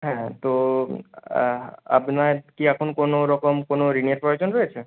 হ্যাঁ তো আপনার কি এখন কোনোরকম কোনো ঋণের প্রয়োজন রয়েছে